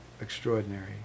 extraordinary